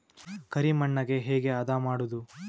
ಕರಿ ಮಣ್ಣಗೆ ಹೇಗೆ ಹದಾ ಮಾಡುದು?